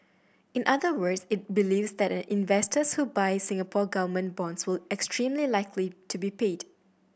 in other words it believes that an investor who buys Singapore Government bonds will extremely likely to be paid